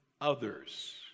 others